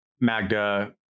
magda